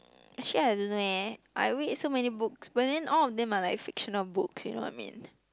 actually I don't know eh I read so many books but then all of them are like fictional book you know what I mean